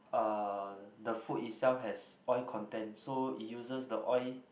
uh the food itself has oil content so it uses the oil